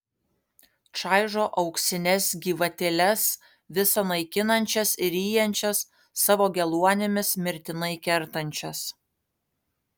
čaižo auksines gyvatėles visa naikinančias ir ryjančias savo geluonimis mirtinai kertančias